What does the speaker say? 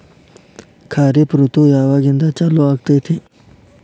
ಖಾರಿಫ್ ಋತು ಯಾವಾಗಿಂದ ಚಾಲು ಆಗ್ತೈತಿ?